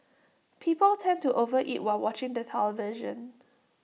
people tend to overeat while watching the television